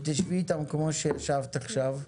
שתשבי איתם כמו שישבת עכשיו,